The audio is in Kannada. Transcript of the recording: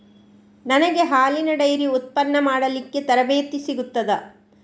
ನನಗೆ ಹಾಲಿನ ಡೈರಿ ಉತ್ಪನ್ನ ಮಾಡಲಿಕ್ಕೆ ತರಬೇತಿ ಸಿಗುತ್ತದಾ?